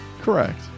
Correct